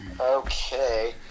Okay